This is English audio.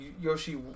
Yoshi